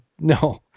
No